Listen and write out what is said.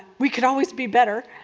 we could always be better,